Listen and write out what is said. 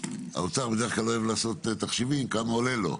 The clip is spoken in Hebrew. האוצר בדרך כלל אוהב לעשות תחשיבים, כמה עולה לו.